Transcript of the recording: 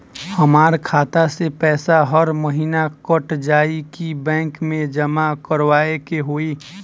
हमार खाता से पैसा हर महीना कट जायी की बैंक मे जमा करवाए के होई?